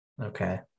Okay